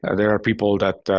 ah there are people that,